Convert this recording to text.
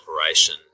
operation